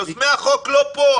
יוזמי החוק לא פה.